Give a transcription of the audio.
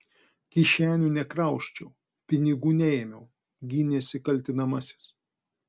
kišenių nekrausčiau pinigų neėmiau gynėsi kaltinamasis